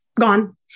gone